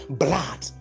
blood